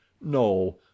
no